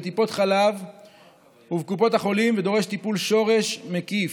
בטיפות חלב ובקופות החולים ודורש טיפול שורש מקיף.